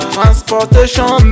Transportation